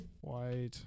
white